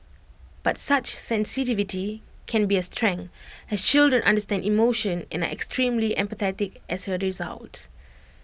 but such sensitivity can be A strength as children understand emotion and are extremely empathetic as A result